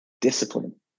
Discipline